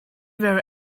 were